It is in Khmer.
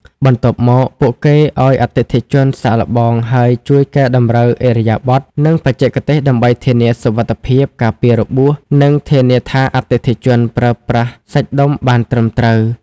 បន្ទាប់មក ពួកគេឱ្យអតិថិជនសាកល្បង ហើយជួយកែតម្រូវឥរិយាបថ និងបច្ចេកទេស ដើម្បីធានាសុវត្ថិភាព ការពាររបួស និងធានាថាអតិថិជនប្រើប្រាស់សាច់ដុំបានត្រឹមត្រូវ។